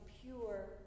pure